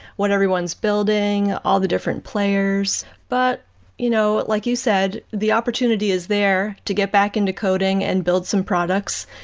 what everyone's building, all the different players. lie but you know like you said, the opportunity is there to get back into coding and build some products.